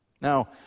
Now